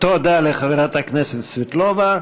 תודה לחברת הכנסת סבטלובה.